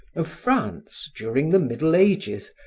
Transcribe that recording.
of france during the middle ages,